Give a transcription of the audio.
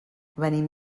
venim